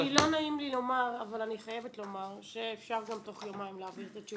אני חייבת לומר שאפשר גם תוך יומיים להעביר את התשובה.